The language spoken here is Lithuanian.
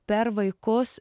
per vaikus